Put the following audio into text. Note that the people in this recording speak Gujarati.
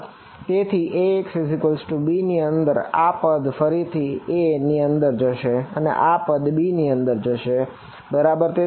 તેથી Axb ની અંદર આ પદ ફરીથી A ની અંદર જશે અને આ પદ b ની અંદર જશે બરાબર